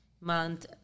month